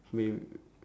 may~